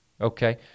okay